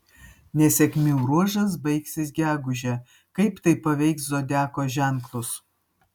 nesėkmių ruožas baigsis gegužę kaip tai paveiks zodiako ženklus